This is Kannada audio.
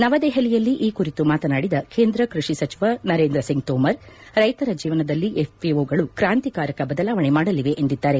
ನವದೆಹಲಿಯಲ್ಲಿ ಈ ಕುರಿತು ಮಾತನಾಡಿದ ಕೇಂದ್ರ ಕೃಷಿ ಸಚಿವ ನರೇಂದ್ರ ಸಿಂಗ್ ತೋಮರ್ ರೈತರ ಜೀವನದಲ್ಲಿ ಎಫ್ಒಒಗಳು ಕ್ರಾಂತಿಕಾರಕ ಬದಲಾವಣೆ ಮಾಡಲಿವೆ ಎಂದಿದ್ದಾರೆ